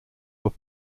were